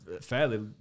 fairly